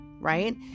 right